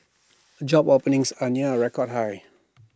job openings are near A record high